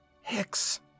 Hicks